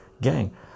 gang